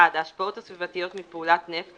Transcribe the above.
(1)ההשפעות הסביבתיות מפעולת נפט